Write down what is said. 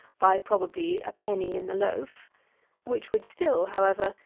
by, probably, a penny in the loaf which would still, however,